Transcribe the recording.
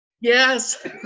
yes